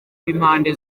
b’impande